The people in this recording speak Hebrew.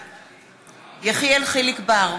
בעד יחיאל חיליק בר,